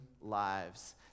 lives